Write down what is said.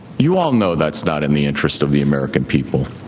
you all know that's not in the interest of the american people.